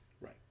right